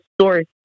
source